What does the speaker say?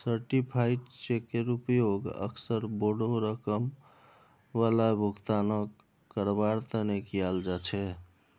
certified चेकेर उपयोग अक्सर बोडो रकम वाला भुगतानक करवार तने कियाल जा छे